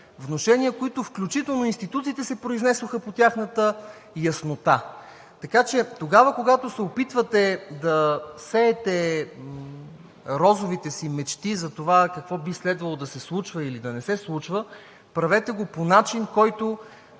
внушения, които включително институциите се произнесоха по тяхната яснота. Така че тогава, когато се опитвате да сеете розовите си мечти за това какво би следвало да се случва или да не се случва, правете го по начин, по който